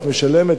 את משלמת,